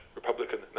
Republican